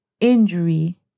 injury